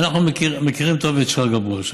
אנחנו מכירים טוב את שרגא ברוש.